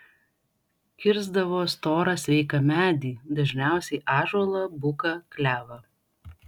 kirsdavo storą sveiką medį dažniausiai ąžuolą buką klevą